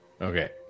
Okay